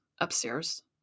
upstairs